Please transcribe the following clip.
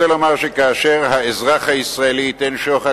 רוצה לומר שכאשר אזרח ישראלי ייתן שוחד